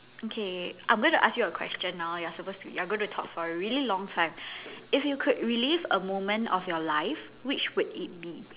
okay I'm going to ask you a question now you're supposed to you're gonna to talk for a really long time if you could relive a moment of your life which would it be